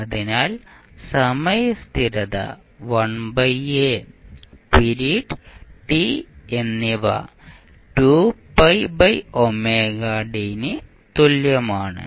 അതിനാൽ സമയ സ്ഥിരത 1a പിരീഡ് t എന്നിവ ന് തുല്യമാണ്